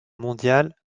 mondiale